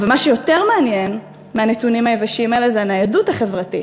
אבל מה שיותר מעניין מהנתונים היבשים האלה זה הניידות החברתית,